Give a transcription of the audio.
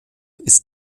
ist